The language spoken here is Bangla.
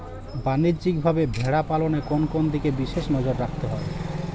বাণিজ্যিকভাবে ভেড়া পালনে কোন কোন দিকে বিশেষ নজর রাখতে হয়?